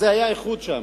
זה היה איחוד שם.